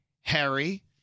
Harry